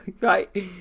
Right